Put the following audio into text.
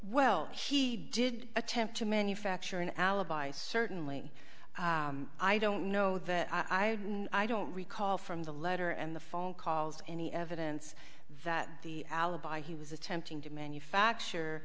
well he did attempt to manufacture an alibi certainly i don't know that i didn't i don't recall from the letter and the phone calls any evidence that the alibi he was attempting to manufacture